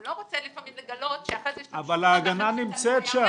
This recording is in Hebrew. הוא לא רוצה לפעמים לגלות שאחרי זה --- אבל ההגנה נמצאת שם.